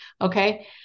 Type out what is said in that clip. Okay